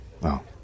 Wow